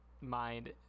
mind